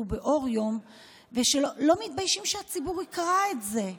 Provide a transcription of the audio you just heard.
באור יום ולא מתביישים שהציבור יקרא את זה.